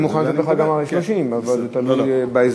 אני מוכן לתת לך גם 30, אבל זה תלוי בהסדרים.